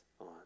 on